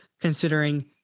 considering